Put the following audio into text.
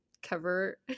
cover